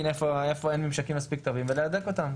איפה אין ממשקים מספיק טובים ולהדק אותם,